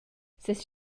ses